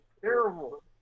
terrible